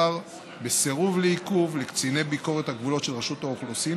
ואחרונת הדוברים תהיה חברת הכנסת ציפי לבני.